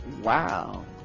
Wow